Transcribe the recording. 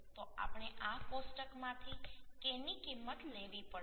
તો આપણે આ કોષ્ટકમાંથી K ની કિંમત લેવી પડશે